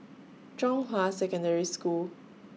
Zhonghua Secondary School